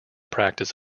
practice